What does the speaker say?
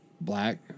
Black